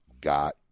got